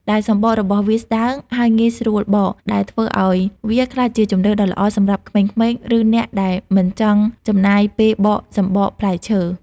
ដែលសំបករបស់វាស្តើង ហើយងាយស្រួលបក ដែលធ្វើឲ្យវាក្លាយជាជម្រើសដ៏ល្អសម្រាប់ក្មេងៗ ឬអ្នកដែលមិនចង់ចំណាយពេលបកសំបកផ្លែឈើ។